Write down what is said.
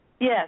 Yes